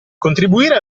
contribuire